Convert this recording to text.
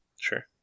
sure